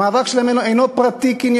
המאבק שלהם אינו פרטי-קנייני,